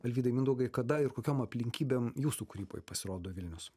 alvydai mindaugai kada ir kokiom aplinkybėm jūsų kūryboj pasirodo vilnius